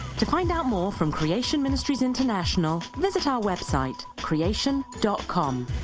to find out more from creation ministries international visit our website creation dot com